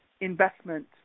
investment